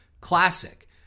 classic